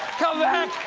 come back.